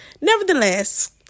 nevertheless